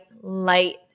light